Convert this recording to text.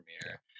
premiere